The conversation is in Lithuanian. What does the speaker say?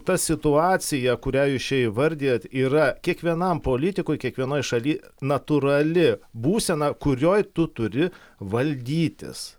ta situacija kurią jūs čia įvardijat yra kiekvienam politikui kiekvienoj šaly natūrali būsena kurioj tu turi valdytis